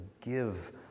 give